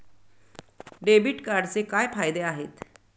Debit कार्डचे काय फायदे आहेत?